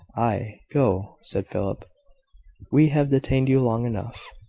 ay, go, said philip we have detained you long enough.